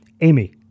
Amy